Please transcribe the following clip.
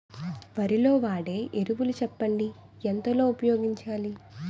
వరిలో వాడే ఎరువులు చెప్పండి? ఎంత లో ఉపయోగించాలీ?